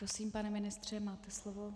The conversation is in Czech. Prosím, pane ministře, máte slovo.